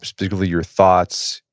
particularly your thoughts,